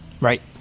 right